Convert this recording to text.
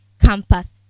campus